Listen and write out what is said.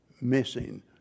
missing